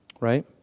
right